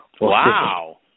Wow